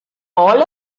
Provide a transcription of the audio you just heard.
all